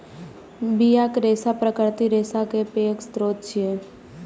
बियाक रेशा प्राकृतिक रेशा केर पैघ स्रोत छियै